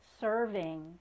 serving